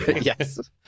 Yes